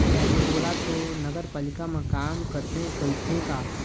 तोला तो नगरपालिका म काम करथे कहिथे का?